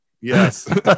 Yes